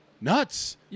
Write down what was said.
Nuts